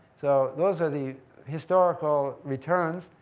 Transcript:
so those are the historical returns.